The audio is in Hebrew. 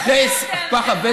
איפה אתם בעניין של "לא תגנוב"?